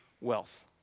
wealth